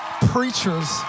preachers